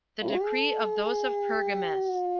the decree of those of pergamus.